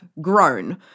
grown